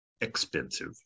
expensive